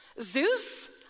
Zeus